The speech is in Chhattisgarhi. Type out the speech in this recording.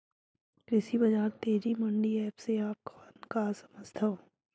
कृषि बजार तेजी मंडी एप्प से आप मन का समझथव?